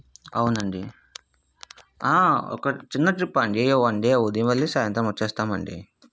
అవునండి ఒక చిన్న ట్రిప్ అండి వన్ డే ఉదయం వెళ్ళి సాయంత్రం వచ్చేస్తాము అండి